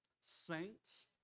saints